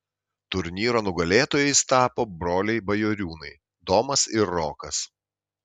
turnyro nugalėtojais tapo broliai bajoriūnai domas ir rokas